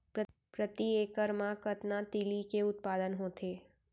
प्रति एकड़ मा कतना तिलि के उत्पादन होथे?